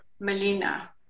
Melina